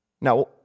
Now